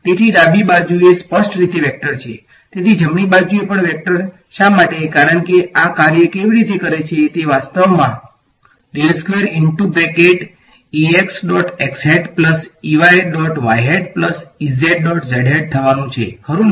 તેથી ડાબી બાજુ એ સ્પષ્ટ રીતે વેક્ટર છે તેથી જમણી બાજુએ પણ વેક્ટર શા માટે કારણ કે આ કાર્ય કેવી રીતે કરે છે તે વાસ્તવમાં થવાનુ છે ખરુ ને